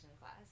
class